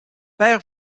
père